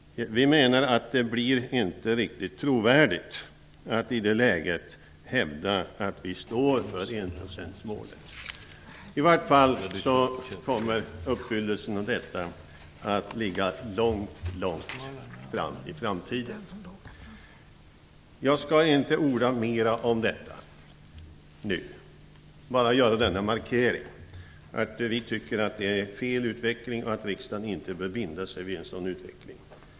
Vi menar att det inte är riktigt trovärdigt att i det läget hävda att vi står för enprocentsmålet. I varje fall kommer uppfyllelsen av detta att ligga långt, långt fram i tiden. Jag skall inte orda mer om detta nu. Men jag vill göra markeringen att vi tycker att det är fel utveckling och att riksdagen inte bör binda sig vid en sådan utveckling.